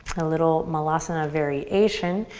a little malasana variation.